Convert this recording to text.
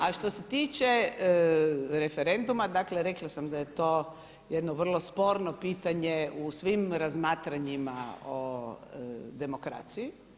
A što se tiče referenduma, dakle rekla sam da je to jedno vrlo sporno pitanje u svim razmatranjima o demokraciji.